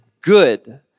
good